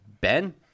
Ben